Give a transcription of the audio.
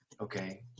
Okay